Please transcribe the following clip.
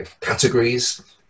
categories